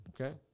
Okay